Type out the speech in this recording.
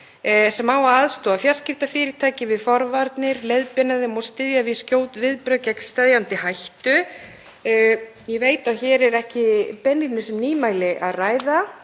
sem á að aðstoða fjarskiptafyrirtæki við forvarnir, leiðbeina þeim og styðja við skjót viðbrögð gegn aðsteðjandi hættu. Ég veit að hér er ekki beinlínis um nýmæli að ræða.